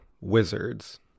wizards